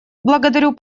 благодарю